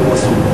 זה פסול,